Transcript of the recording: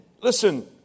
listen